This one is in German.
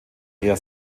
eher